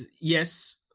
yes